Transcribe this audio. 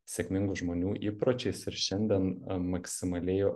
sėkmingų žmonių įpročiais ir šiandien maksimaliai